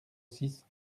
six